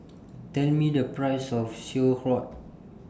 Tell Me The Price of Sauerkraut